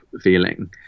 feeling